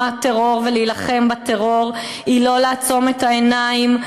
טרור ולהילחם בטרור היא לא לעצום את העיניים.